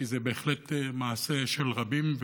כי זה בהחלט מעשה של רבים,